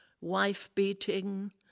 wife-beating